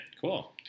Cool